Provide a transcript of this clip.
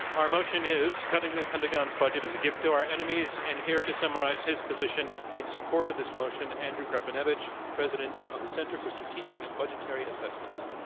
our motion is, cutting the pentagon's budget is a gift to our enemies. and here to summarize his position in support of this motion, andrew krepinevich, president of the center for strategic and budgetary assessments.